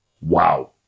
Wow